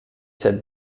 cette